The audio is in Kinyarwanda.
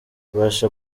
mbasha